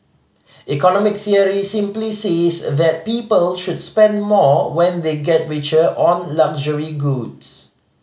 economic theory simply says that people should spend more when they get richer on luxury goods